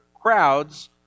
crowds